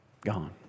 gone